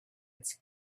its